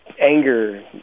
anger